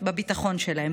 בביטחון שלהם.